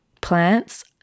plants